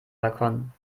balkon